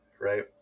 right